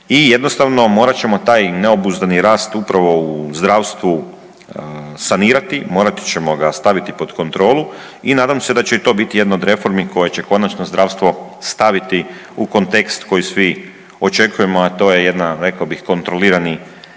i jednostavno morat ćemo taj neobuzdani rast u pravo u zdravstvu sanirati, morati ćemo ga staviti pod kontrolu i nadam se da će i to biti jedna od reformi koja će konačno zdravstvo staviti u kontekst koji svi očekujemo, a to je jedna, rekao bih, kontrolirani